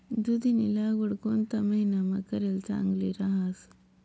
दुधीनी लागवड कोणता महिनामा करेल चांगली रहास